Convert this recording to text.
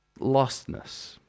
Lostness